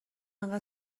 انقدر